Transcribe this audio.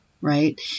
right